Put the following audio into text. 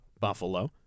Buffalo